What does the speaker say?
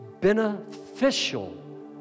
beneficial